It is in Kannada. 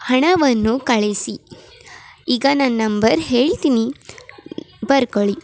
ಹಣವನ್ನು ಕಳಿಸಿ ಈಗ ನನ್ನ ನಂಬರ್ ಹೇಳ್ತೀನಿ ಬರ್ಕೊಳ್ಳಿ